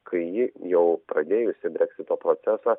kai ji jau pradėjusi breksito procesą